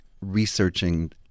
researching